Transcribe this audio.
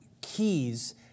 keys